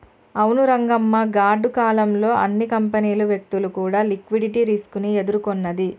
అవును రంగమ్మ గాడ్డు కాలం లో అన్ని కంపెనీలు వ్యక్తులు కూడా లిక్విడిటీ రిస్క్ ని ఎదుర్కొన్నది